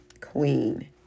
queen